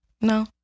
no